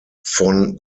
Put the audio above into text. von